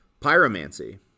Pyromancy